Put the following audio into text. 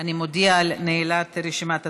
אני מודיעה על נעילת רשימת הדוברים.